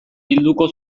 bilduko